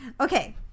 Okay